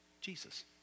Jesus